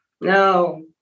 no